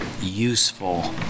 useful